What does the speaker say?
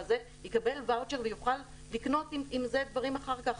יקבל ואוצ'ר ויוכל לקנות עם זה דברים אחר כך